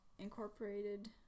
Incorporated